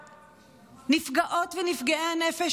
נפגעות ונפגעי הנפש,